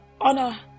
honor